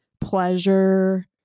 pleasure